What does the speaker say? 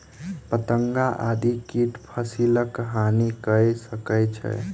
पतंगा आदि कीट फसिलक हानि कय सकै छै